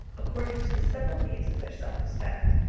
according to the several needs of their self-respect,